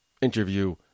interview